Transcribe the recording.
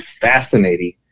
fascinating